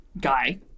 guy